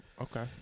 Okay